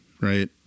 Right